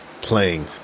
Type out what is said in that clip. playing